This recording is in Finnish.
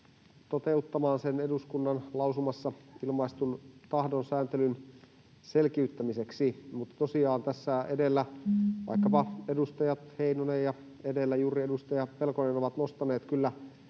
toteuttamaan sen eduskunnan lausumassa ilmaistun tahdon sääntelyn selkiyttämiseksi, mutta tosiaan tässä edellä vaikkapa edustaja Heinonen ja edellä juuri edustaja Pelkonen ovat nostaneet